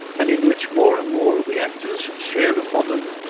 and in which more and more of the actors share a modern,